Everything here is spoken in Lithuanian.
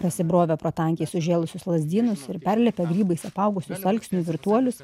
prasibrovę pro tankiai sužėlusius lazdynus ir perlipę grybais apaugusius alksnių virtuolius